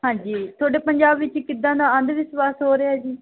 ਹਾਂਜੀ ਤੁਹਾਡੇ ਪੰਜਾਬ ਵਿੱਚ ਕਿੱਦਾਂ ਦਾ ਅੰਧ ਵਿਸ਼ਵਾਸ ਹੋ ਰਿਹਾ ਜੀ